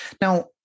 Now